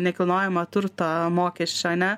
nekilnojamo turto mokesčio ane